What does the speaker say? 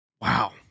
Wow